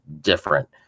different